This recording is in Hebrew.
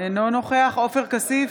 אינו נוכח עופר כסיף,